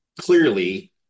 clearly